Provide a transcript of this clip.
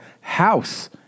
HOUSE